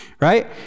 right